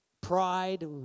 Pride